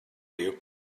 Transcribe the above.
you